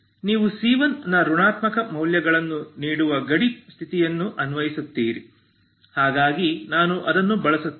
ನೀವು c1 ನ ಋಣಾತ್ಮಕ ಮೌಲ್ಯಗಳನ್ನು ನೀಡುವ ಗಡಿ ಸ್ಥಿತಿಯನ್ನು ಅನ್ವಯಿಸುತ್ತೀರಿ ಹಾಗಾಗಿ ನಾನು ಅದನ್ನು ಬಳಸುತ್ತೇನೆ